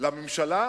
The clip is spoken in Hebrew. לממשלה,